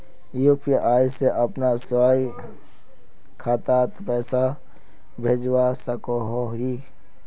UPI से अपना स्वयं खातात पैसा भेजवा सकोहो ही?